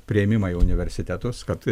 priėmimą į universitetus kad